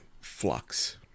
flux